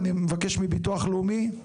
אני מבקש מביטוח לאומי.